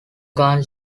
gun